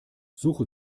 suche